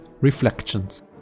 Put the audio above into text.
Reflections